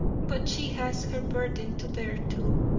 but she has her burden to bear too.